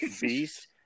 Beast